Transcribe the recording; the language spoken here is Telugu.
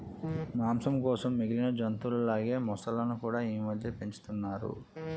మాంసం కోసం మిగిలిన జంతువుల లాగే మొసళ్ళును కూడా ఈమధ్య పెంచుతున్నారు